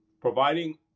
providing